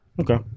Okay